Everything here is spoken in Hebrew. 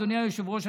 אדוני היושב-ראש,